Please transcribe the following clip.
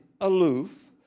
aloof